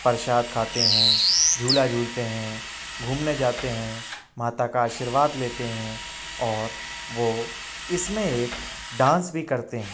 प्रसाद खाते हैं झूला झूलते हैं घूमने जाते हैं माता का आशीर्वाद लेते हैं और वो इसमें एक डांस भी करते हैं